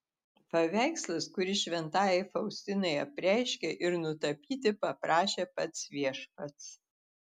paveikslas kurį šventajai faustinai apreiškė ir nutapyti paprašė pats viešpats